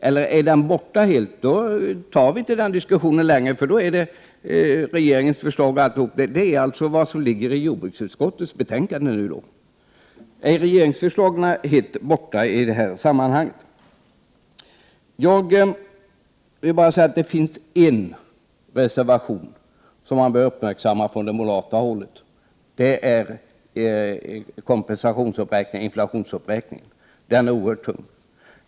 Är propositionen helt borta, behöver vi inte diskutera den längre, för då är regeringens förslag vad som nu ligger i jordbruksutskottets betänkande. Jag vill dock framhålla att det finns en reservation från det moderata hållet som bör observeras, och det är den som gäller inflationsuppräkning av kompensationen. Det är en oerhört tung reservation.